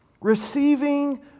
Receiving